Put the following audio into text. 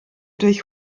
durch